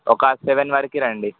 ఒక సెవెన్ వరకు రండి